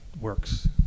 works